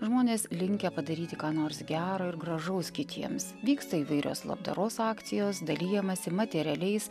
žmonės linkę padaryti ką nors gero ir gražaus kitiems vyksta įvairios labdaros akcijos dalijamasi materialiais